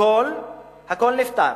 הכול נפתר.